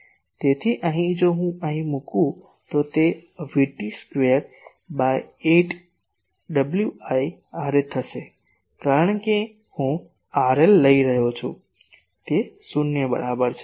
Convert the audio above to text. તેથી અહીં જો હું મૂકું તો તે VT square by 8 Wi Ra થશે કારણ કે હું RL લઈ રહ્યો છું તે શૂન્ય બરાબર છે